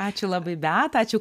ačiū labai beata ačiū